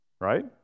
Right